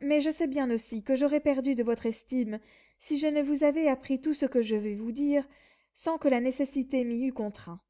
mais je sais bien aussi que j'aurais perdu de votre estime si je vous avais appris tout ce que je vais vous dire sans que la nécessité m'y eût contraint